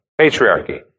patriarchy